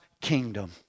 kingdom